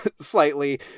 slightly